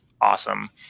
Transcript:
awesome